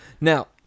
Now